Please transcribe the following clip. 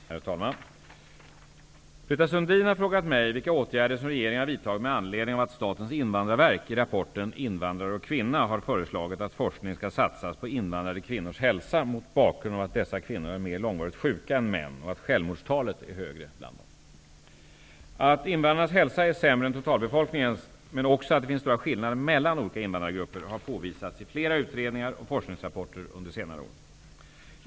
Herr talman! Britta Sundin har frågat mig vilka åtgärder som regeringen har vidtagit med anledning av att Statens invandrarverk i rapporten ''Invandrare och kvinna'' har föreslagit att forskning skall satsas på invandrade kvinnors hälsa mot bakgrund av att dessa kvinnor är mer långvarigt sjuka än män och att självmordstalet är högre bland dem. Att invandrarnas hälsa är sämre än totalbefolkningens, men också att det finns stora skillnader mellan olika invandrargrupper har påvisats i flera utredningar och forskningsrapporter under senare år.